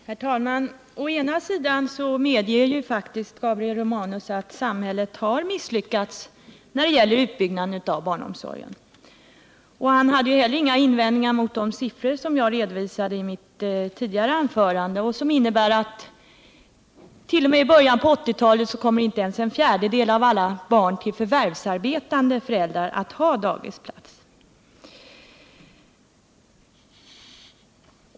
Herr talman! Å ena sidan medger Gabriel Romanus faktiskt att samhället har misslyckats när det gäller utbyggnaden av barnomsorgen. Han hade heller inga invändningar mot de siffror som jag redovisade i mitt tidigare anförande och som innebär att t.o.m. i början av 1980-talet kommer inte ens en fjärdedel av barnen till förvärvsarbetande föräldrar att ha daghemsplats.